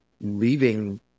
leaving